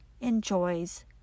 enjoys